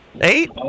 Eight